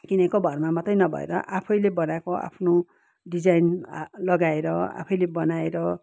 किनेको भरमा मात्रै नभएर आफैले बनाएको आफ्नो डिजाइन लगाएर आफैले बनाएर